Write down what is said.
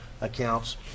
accounts